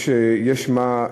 יש מה,